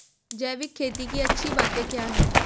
जैविक खेती की अच्छी बातें क्या हैं?